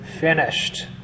finished